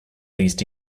least